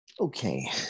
okay